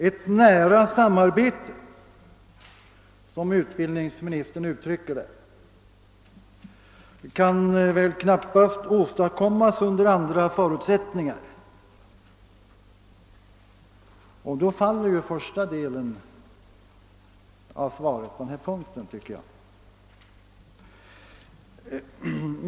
Ett »nära samarbete», som utbildningsministern uttrycker det, kan väl knappast åstadkommas under andra förutsättningar. Då faller ju första delen av svaret på den här punkten, tycker jag.